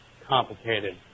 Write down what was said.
complicated